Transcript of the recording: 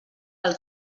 pel